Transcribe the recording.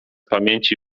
pamięci